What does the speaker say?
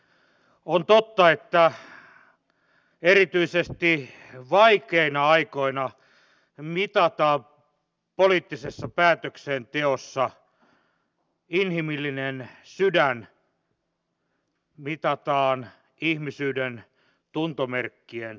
on totta että erityisesti vaikeina aikoina mitataan poliittisessa päätöksenteossa inhimillinen sydän mitataan ihmisyyden tuntomerkkien herkkyys